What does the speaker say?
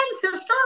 sister